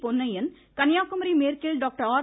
பொன்னையன் கன்னியாக்குமரி மேற்கில் doctor R